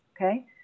okay